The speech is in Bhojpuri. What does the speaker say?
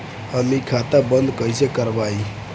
हम इ खाता बंद कइसे करवाई?